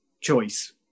choice